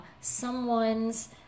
someone's